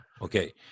Okay